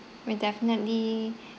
we'll definitely